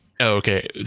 Okay